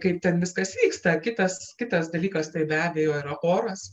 kaip ten viskas vyksta kitas kitas dalykas tai be abejo yra oras